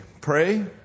Pray